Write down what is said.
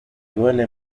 duele